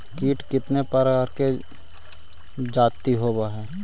कीट कीतने प्रकार के जाती होबहय?